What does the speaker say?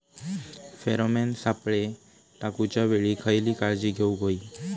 Pheromone सापळे टाकूच्या वेळी खयली काळजी घेवूक व्हयी?